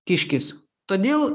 kiškis todėl